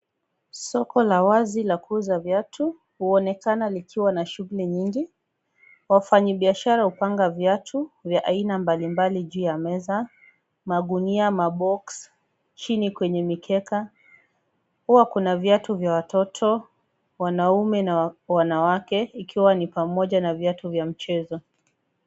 Soko la wazi la kuuza viatu huonekana likiwa na shughuli nyingi. Wafanyibiashara hupanga viatu vya aina mbalimbali juu ya meza. Magunia, maboksi chini kwenye mikeka. Huwa kuna viatu vya watoto, wanaume na wanawake ikiwa ni pamoja na viatu vya mchezo.